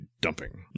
dumping